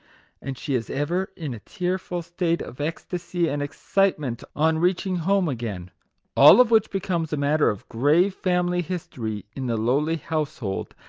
and she is ever in a tearful state of ecstasy and excitement on reaching home again all of which becomes a matter of grave family history in the lowly household,